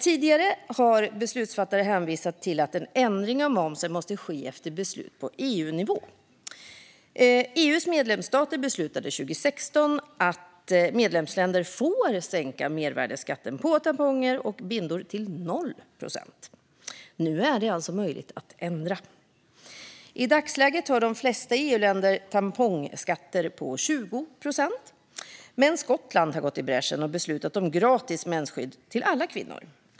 Tidigare har beslutsfattare hänvisat till att en ändring av momsen måste ske efter beslut på EU-nivå. EU:s medlemsstater beslutade 2016 att medlemsländer får sänka mervärdesskatten på tamponger och bindor till 0 procent. Nu är det alltså möjligt att ändra. I dagsläget har de flesta EU-länder tampongskatter på 20 procent. Men Skottland har gått i bräschen och beslutat om gratis mensskydd till alla kvinnor.